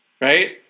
right